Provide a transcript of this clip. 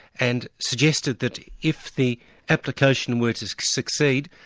and suggested that if the application were to succeed,